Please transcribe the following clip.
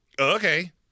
okay